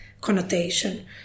connotation